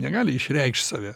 negali išreikšt save